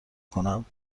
کنم